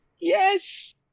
yes